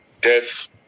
death